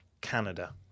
Canada